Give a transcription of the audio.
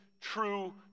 true